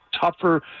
tougher